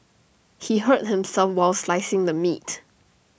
he hurt himself while slicing the meat